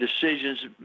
decisions